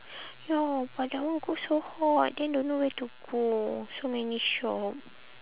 ya but that one go so hot then don't know where to go so many shop